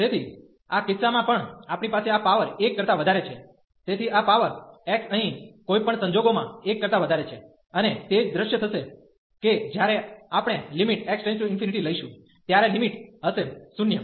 તેથી આ કિસ્સામાં પણ આપણી પાસે આ પાવર 1 કરતા વધારે છે તેથી આ પાવર x અહીં કોઈ પણ સંજોગોમાં 1 કરતા વધારે છે અને તે જ દૃશ્ય થશે કે જ્યારે આપણે x→∞ લઈશું ત્યારે લિમિટ હશે 0